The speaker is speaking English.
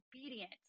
obedient